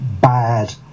bad